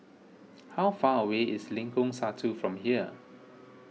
how far away is Lengkong Satu from here